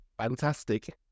Fantastic